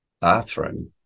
bathroom